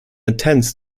intents